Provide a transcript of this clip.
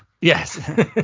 Yes